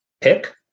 pick